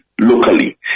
locally